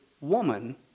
woman